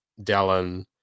Dallin